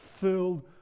filled